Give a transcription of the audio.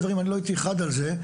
אחד מהם.